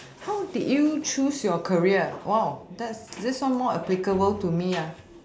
how did you choose your career one of that's this one more applicable to me ah